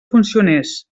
funcionés